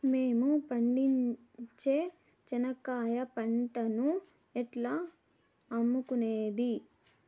మేము పండించే చెనక్కాయ పంటను ఎట్లా అమ్ముకునేది?